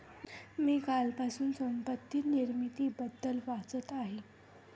मी कालपासून संपत्ती निर्मितीबद्दल वाचत आहे